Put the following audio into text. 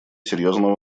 серьезного